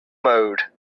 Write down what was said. mode